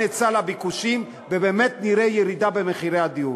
ההיצע לביקושים ובאמת נראה ירידה במחירי הדיור.